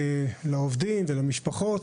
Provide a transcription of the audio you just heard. לעובדים ולמשפחות,